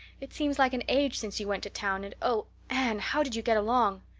it seems like an age since you went to town and oh, anne, how did you get along?